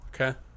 Okay